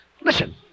Listen